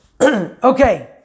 Okay